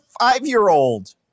five-year-old